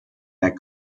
that